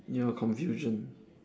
you are confusion